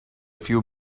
few